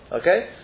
Okay